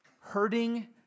Hurting